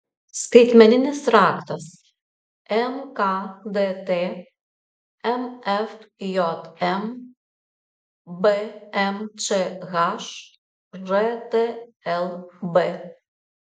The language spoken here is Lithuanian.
skaitmeninis raktas mkdt mfjm bmčh žtlb